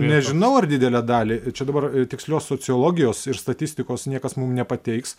nežinau ar didelę dalį čia dabar tikslios sociologijos ir statistikos niekas mum nepateiks